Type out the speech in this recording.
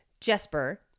Jesper